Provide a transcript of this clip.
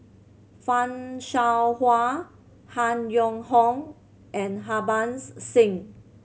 Fan Shao Hua Han Yong Hong and Harbans Singh